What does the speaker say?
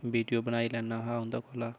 video बनाई लैन्ना हा उं'दे कोला